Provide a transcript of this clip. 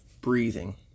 breathing